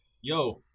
yo